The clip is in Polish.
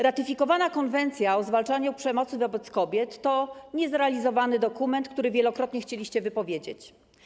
Ratyfikowana konwencja o zwalczaniu przemocy wobec kobiet to niezrealizowany dokument, który wielokrotnie chcieliście wypowiedzieć.